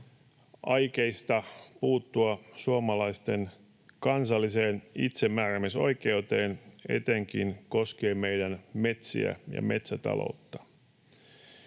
aikeista puuttua suomalaisten kansalliseen itsemääräämisoikeuteen etenkin koskien meidän metsiä ja metsätaloutta.